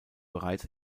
bereits